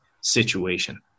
situation